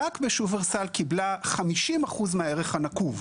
רק שופרסל קיבלה 50% מהערך הנקוב.